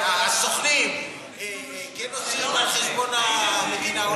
והסוכנים, כן נוסעים על חשבון המדינה או לא?